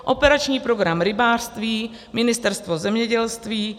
Operační program Rybářství, Ministerstvo zemědělství